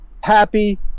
happy